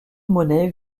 monet